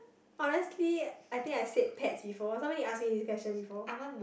honestly I think I said pets before somebody ask me this question before